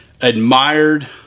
admired